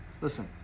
listen